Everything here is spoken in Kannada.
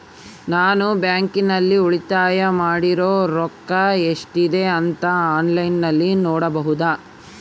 ನಾನು ಬ್ಯಾಂಕಿನಲ್ಲಿ ಉಳಿತಾಯ ಮಾಡಿರೋ ರೊಕ್ಕ ಎಷ್ಟಿದೆ ಅಂತಾ ಆನ್ಲೈನಿನಲ್ಲಿ ನೋಡಬಹುದಾ?